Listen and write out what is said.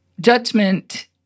Judgment